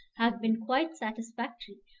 have been quite satisfactory,